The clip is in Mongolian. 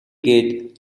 гээд